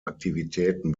aktivitäten